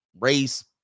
race